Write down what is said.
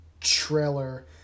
trailer